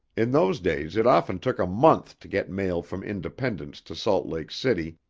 in those days it often took a month to get mail from independence to salt lake city,